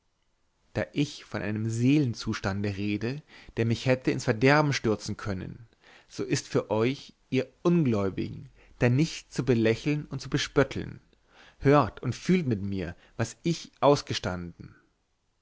da ich von einem seelenzustande rede der mich hätte ins verderben stürzen können so ist für euch ihr ungläubigen da nichts zu belächeln und zu bespötteln hört und fühlt mit mir was ich ausgestanden